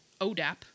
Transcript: ODAP